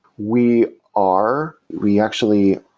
we are. we actually,